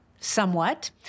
Somewhat